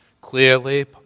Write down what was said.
clearly